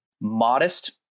Modest